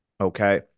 Okay